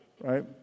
right